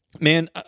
man